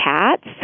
cats